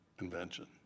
invention